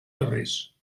carrers